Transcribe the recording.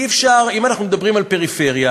אם אנחנו מדברים על פריפריה,